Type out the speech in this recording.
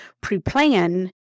pre-plan